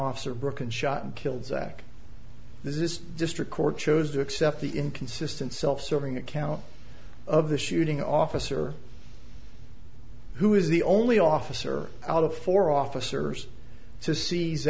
officer broken shot and killed zach this district court chose to accept the inconsistent self serving account of the shooting officer who is the only officer out of four officers to see